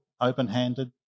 open-handed